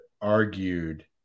argued